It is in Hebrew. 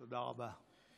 תודה רבה.